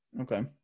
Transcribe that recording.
Okay